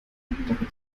andere